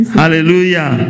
hallelujah